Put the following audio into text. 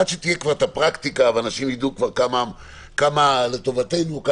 עד שתהיה כבר את הפרקטיקה ואנשים ידעו כמה זה לטובתנו.